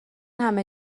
همه